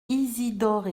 isidore